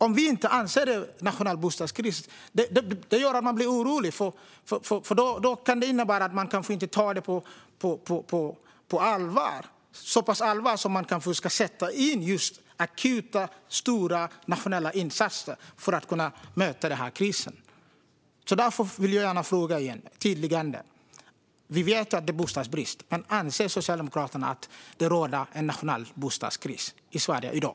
Om vi inte anser att det är nationell bostadskris blir man orolig. Det kan innebära att man kanske inte tar det på så stort allvar att man vill sätta in akuta nationella insatser för att möta krisen. Därför vill jag gärna ha ett förtydligande. Vi vet att det är bostadsbrist. Men anser Socialdemokraterna att det råder nationell bostadskris i Sverige i dag?